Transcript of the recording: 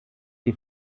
die